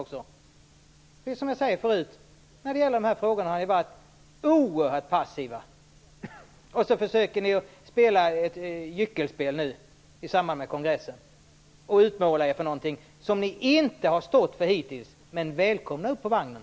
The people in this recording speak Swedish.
Det är som jag sade förut: När det gäller de här frågorna har ni varit oerhört passiva. Nu försöker ni spela gyckelspel i samband med kongressen och utmåla något som ni inte har stått för hittills. Men välkomna upp på vagnen!